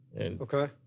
Okay